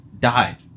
died